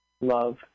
Love